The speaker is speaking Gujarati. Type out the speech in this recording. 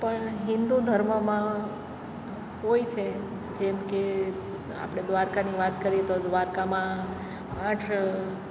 પણ હિન્દુ ધર્મમાં હોય છે જેમકે આપણે દ્વારકાની વાત કરીએ તો દ્વારકામાં આઠ